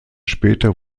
später